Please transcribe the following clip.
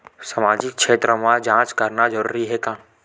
सामाजिक क्षेत्र म जांच करना जरूरी हे का?